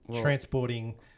transporting